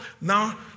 Now